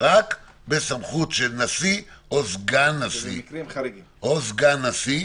זה רק בסמכות של נשיא או סגן נשיא -- או בהסכמה.